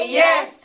yes